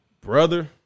Brother